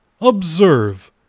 Observe